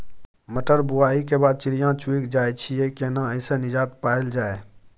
मटर बुआई के बाद चिड़िया चुइग जाय छियै केना ऐसे निजात पायल जाय?